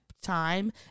time